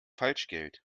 falschgeld